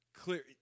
clear